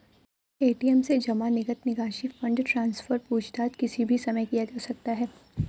ATM से जमा, नकद निकासी, फण्ड ट्रान्सफर, पूछताछ किसी भी समय किया जा सकता है